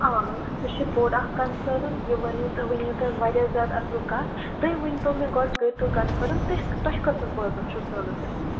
آ سُہ چھِ بوٚڑ اَکھ کَنفٲرٕم یہِ ؤنٕو تۄہہِ ؤنِو تۄہہِ واریاہ زیادٕ اَصٕل کَتھ تُہۍ ؤنۍتو مےٚگۄڈٕ کٔرۍتو کَنفٲرٕم تُہۍ تۄہہِ کٔژَن بٲژَن چھُو سٲلَس گژھُن